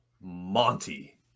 Monty